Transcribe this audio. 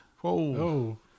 Whoa